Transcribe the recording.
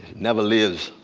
never lives